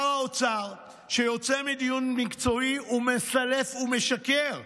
מיקי לוי (יש עתיד): שר האוצר יוצא מדיון מקצועי ומסלף ומשקר,